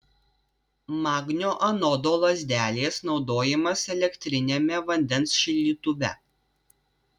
magnio anodo lazdelės naudojimas elektriniame vandens šildytuve